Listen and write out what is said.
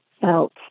felt